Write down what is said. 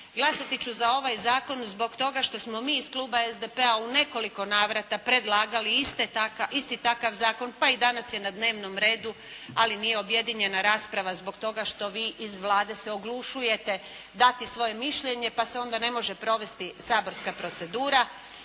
Glasati ću za ovaj zakon zbog toga što smo mi iz Kluba SDP-a u nekoliko navrata predlagali isti takav zakon. Pa i danas je na dnevnom redu, ali nije objedinjena rasprava zbog toga što vi iz Vlade se oglušujete dati svoje mišljenje, pa se onda ne može provesti saborska procedura.